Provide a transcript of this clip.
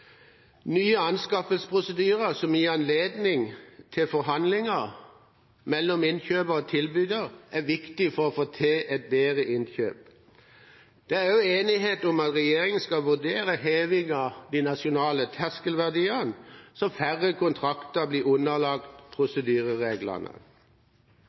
Nye anskaffelsesprosedyrer som gir anledning til forhandlinger mellom innkjøper og tilbyder, er viktig for å få til et bedre innkjøp. Det er også enighet om at regjeringen skal vurdere heving av de nasjonale terskelverdiene, så færre kontrakter blir underlagt